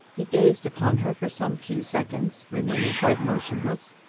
he gazed upon her for some few seconds, remaining quite motionless,